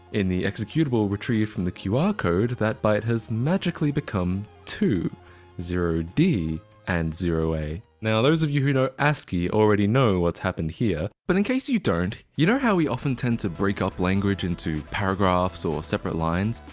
in the executable retrieved from the qr code, that byte has magically become two zero d and zero a. now those of you who know ascii already know what's happened here. but in case you you don't, you know how we often tend to break up language into paragraphs or separate lines?